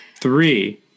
Three